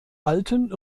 alten